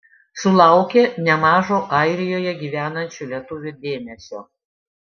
sulaukė nemažo airijoje gyvenančių lietuvių dėmesio